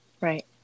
right